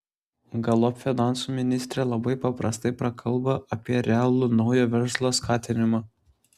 galop finansų ministrė labai paprastai prakalbo apie realų naujo verslo skatinimą